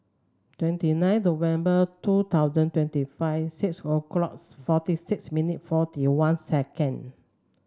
twenty nine November two thousand twenty five six o'clock forty six minutes forty one seconds